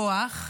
כוח,